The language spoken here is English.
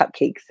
cupcakes